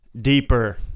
deeper